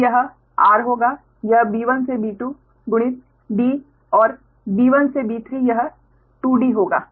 तो यह r होगा तब b1 से b2 गुणित d और b1 से b3 यह 2 d होगा